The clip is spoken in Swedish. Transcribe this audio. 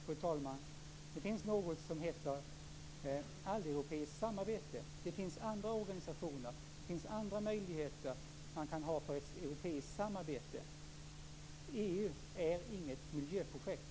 Fru talman! Det finns något som heter alleuropeiskt samarbete. Det finns andra organisationer, det finns andra möjligheter till europeiskt samarbete. Och EU är inget miljöprojekt.